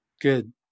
Good